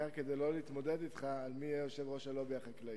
בעיקר כדי שלא להתמודד אתך על מי יהיה יושב-ראש הלובי החקלאי.